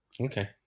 Okay